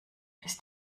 ist